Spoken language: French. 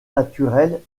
naturelles